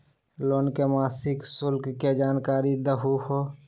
Loan के मासिक शुल्क के जानकारी दहु हो?